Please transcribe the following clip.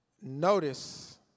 Notice